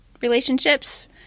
relationships